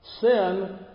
Sin